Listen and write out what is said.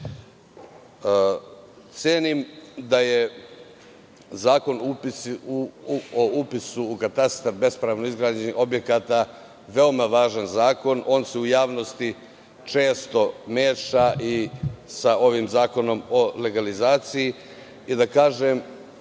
haos. Cenim da je Zakon o upisu u katastar bespravno izgrađenih objekata veoma važan zakon. On se u javnosti često meša i sa ovim zakonom o legalizaciji